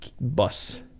bus